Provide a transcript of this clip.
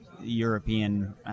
European